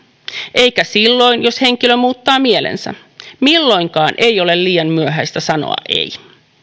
eikä silloin jos henkilö muuttaa mielensä milloinkaan ei ole liian myöhäistä sanoa ei